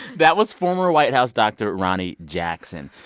that was former white house doctor ronny jackson.